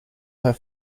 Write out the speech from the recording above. her